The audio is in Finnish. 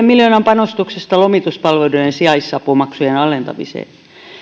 miljoonan panostuksesta lomituspalveluiden sijaisapumaksujen alentamiseen